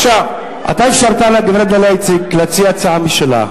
אתה אפשרת לגברת דליה איציק להציע הצעה משלה.